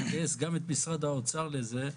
לגייס גם את משרד האוצר לזה,